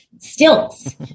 stilts